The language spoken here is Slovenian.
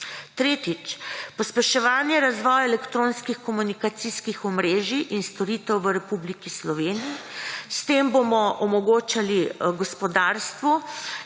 Tretjič, pospečevanje razvoja elektronskih komunikacijskih omrežij in storitev v Republiki Sloveniji. S tem bomo omogočili gospodarstvu